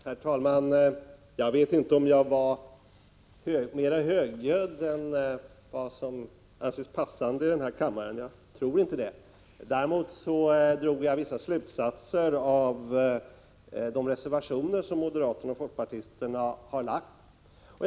Herr talman! Jag vet inte om jag var mera högljudd än vad som anses passande i den här kammaren. Jag tror inte det. Däremot drog jag vissa slutsatser av de reservationer som moderaterna och folkpartisterna har fogat till betänkandet.